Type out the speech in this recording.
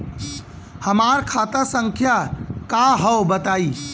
हमार खाता संख्या का हव बताई?